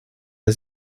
der